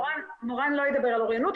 מורן לא ידבר על אוריינות,